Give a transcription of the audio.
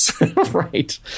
right